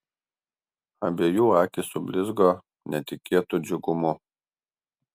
abiejų akys sublizgo netikėtu džiugumu